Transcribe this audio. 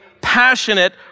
passionate